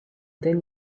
then